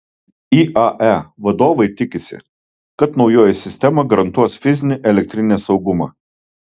iae vadovai tikisi kad naujoji sistema garantuos fizinį elektrinės saugumą